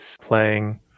playing